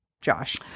Josh